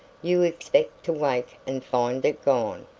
you expect to wake and find it gone.